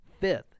Fifth